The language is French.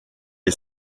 est